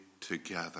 together